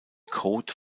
code